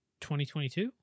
2022